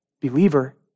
believer